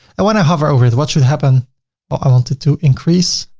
i when i hover over it, what should happen or i want it to increase